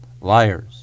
liars